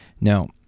Now